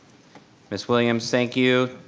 ms. williams, thank you.